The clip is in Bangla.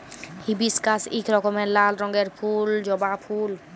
হিবিশকাস ইক রকমের লাল রঙের ফুল জবা ফুল